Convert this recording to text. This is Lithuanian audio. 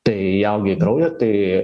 tai įaugę į kraują tai